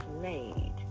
made